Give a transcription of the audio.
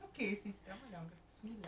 sorry ah pekak